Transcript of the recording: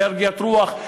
אנרגיית רוח,